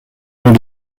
nous